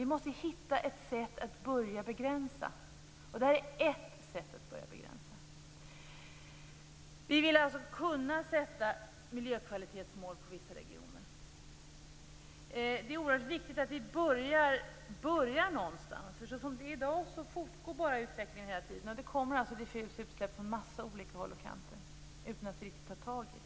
Vi måste hitta ett sätt att börja begränsa utsläppen. Det här är ett sätt. Vi vill kunna sätta miljökvalitetsmål på vissa regioner. Det är oerhört viktigt att vi börjar någonstans, därför att såsom det är i dag fortgår bara utvecklingen hela tiden. Det kommer diffusa utsläpp från en massa olika håll och kanter utan att vi tar tag i det.